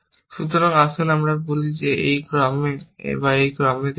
সুতরাং আসুন আমরা বলি আমি তাদের এই ক্রমে বা একই ক্রমে দেখি